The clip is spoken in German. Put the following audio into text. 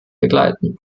begleiten